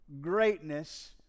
greatness